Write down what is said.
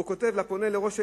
והוא כותב ופונה לראש העיר: